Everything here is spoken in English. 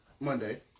Monday